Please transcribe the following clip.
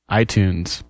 iTunes